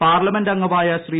parliament അംഗമായ ശ്രീ